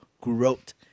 growth